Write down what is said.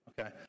Okay